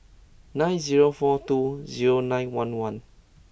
nine zero four two zero nine one one